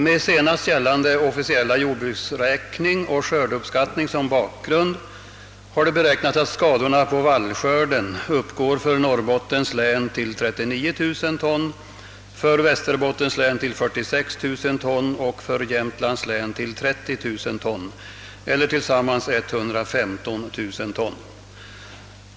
Med senast gällande officiella jordbruksräkning och skördeuppskattning som bakgrund har det beräknats att skadorna på vallskörden för Norrbottens län uppgått till 39 000 ton, för Västerbottens län till 46 000 ton och för Jämtlands län till 30 000 ton eller tillsammans 115 000 ton.